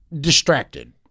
distracted